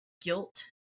guilt